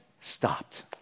stopped